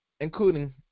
including